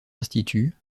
instituts